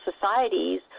societies